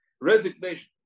resignation